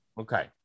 Okay